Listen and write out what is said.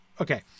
okay